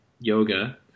yoga